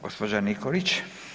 Gospođa Nikolić.